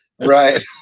Right